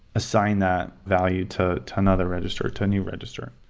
assign that value to to another register, to a new register.